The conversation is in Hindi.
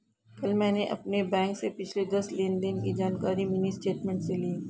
कल मैंने अपने बैंक से पिछले दस लेनदेन की जानकारी मिनी स्टेटमेंट से ली